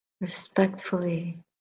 respectfully